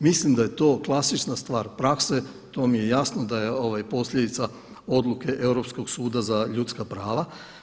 Mislim da je to klasična stvar prakse, to vam je jasno da je posljedica odluke Europskog suda za ljudska prava.